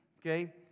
Okay